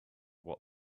what